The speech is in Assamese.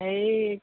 হেৰি